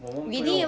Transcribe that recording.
我们不用